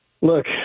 look